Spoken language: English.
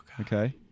Okay